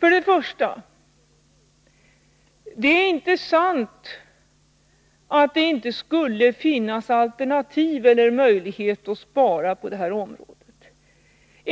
För det första är det inte sant att det inte skulle finnas alternativ eller möjlighet att spara på detta område.